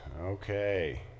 Okay